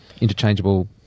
interchangeable